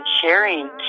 sharing